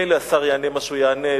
ממילא השר יענה מה שיענה,